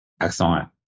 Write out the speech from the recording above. Excellent